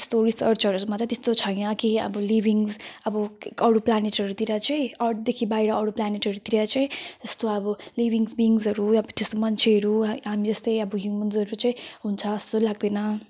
त्यस्तो रिसर्चहरूमा त त्यस्तो छैन कि अब लिभिङ अब अरू प्लानेटहरूतिर चाहिँ अर्थदेखि बाहिर अरू प्लानेटहरूतिर चाहिँ यस्तो अब लिभिङ्स बिइङ्सहरू अब त्यस्तो मान्छेहरू हामी जस्तै अब ह्युमन्सहरू चाहिँ हुन्छ जस्तो लाग्दैन